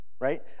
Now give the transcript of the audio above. Right